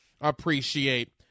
appreciate